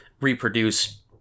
reproduce